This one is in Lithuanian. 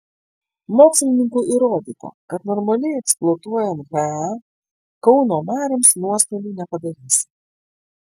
mokslininkų įrodyta kad normaliai eksploatuojant hae kauno marioms nuostolių nepadarysi